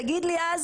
תגיד לי אז